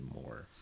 more